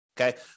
Okay